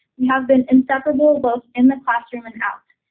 we have been inseparable, both in the classroom and out.